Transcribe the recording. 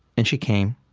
and she came,